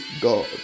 God